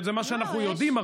זה מה שאנחנו יודעים,